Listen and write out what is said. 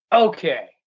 Okay